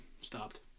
stopped